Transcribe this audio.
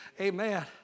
Amen